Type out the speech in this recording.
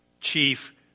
chief